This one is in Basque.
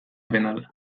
penala